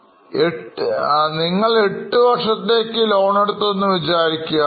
ഞങ്ങൾ എട്ടു വർഷത്തേക്ക് ലോണെടുത്തു എന്ന് വിചാരിക്കുക